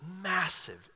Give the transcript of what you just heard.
massive